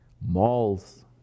malls